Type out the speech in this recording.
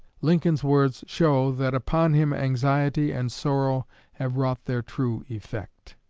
lincoln's words show that upon him anxiety and sorrow have wrought their true effect.